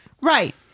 Right